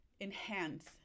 enhance